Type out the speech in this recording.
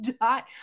dot